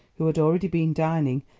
who had already been dining,